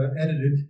edited